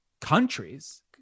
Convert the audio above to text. countries